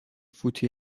فوتی